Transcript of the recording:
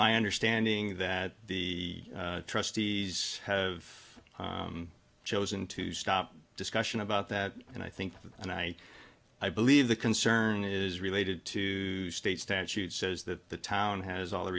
my understanding that the trustees have chosen to stop discussion about that and i think and i i believe the concern is related to state statute says that the town has all the